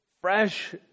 fresh